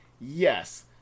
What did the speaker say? Yes